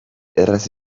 erraz